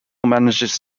manages